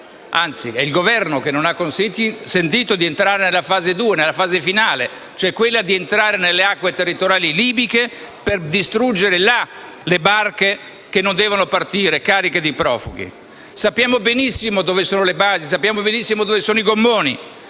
anzi è il Governo che non ha consentito - di entrare nella fase 2, quella finale, cioè di entrare nelle acque territoriali libiche per distruggere là le barche che non devono partire cariche di profughi. Sappiamo benissimo dove sono le basi e dove sono i gommoni.